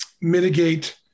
mitigate